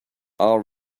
our